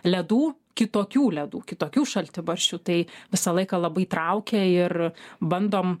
ledų kitokių ledų kitokių šaltibarščių tai visą laiką labai traukė ir bandom